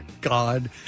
God